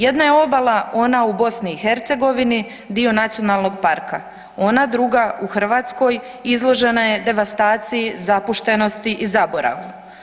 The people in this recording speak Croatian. Jedna je obala ona u BiH, dio nacionalnog parka, ona druga u Hrvatskoj, izložena je devastaciji, zapuštenosti i zaboravu.